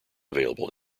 available